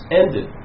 ended